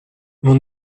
mon